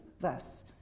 thus